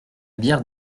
bière